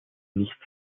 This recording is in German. nichts